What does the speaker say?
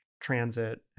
transit